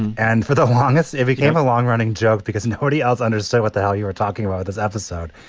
and for the longest ever came a long running joke because nobody else understood what the hell you were talking about this episode.